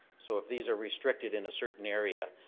so if these are restricted in a certain area,